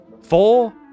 four